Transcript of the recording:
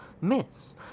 miss